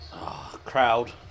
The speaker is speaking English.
crowd